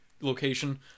location